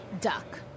duck